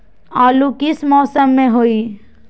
आलू किस मौसम में होई?